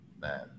man